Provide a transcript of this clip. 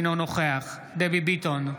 אינו נוכח דבי ביטון,